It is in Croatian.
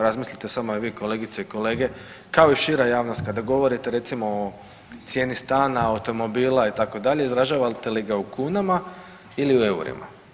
Razmislite samo vi kolegice i kolege, kao i šira javnost kada govorite recimo o cijeni stana, automobila itd. izražavate li ga u kunama ili u eurima.